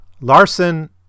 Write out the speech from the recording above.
larson